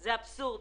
שזה אבסורד.